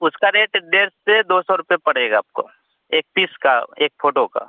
उसका रेट डेढ़ से दो सौ रुपये पड़ेगा आपको एक पीस का एक फ़ोटो का